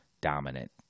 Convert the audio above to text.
dominant